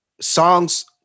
songs